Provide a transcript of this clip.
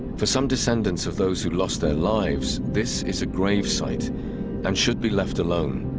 for some descendants of those who lost their lives this is a grave site and should be left alone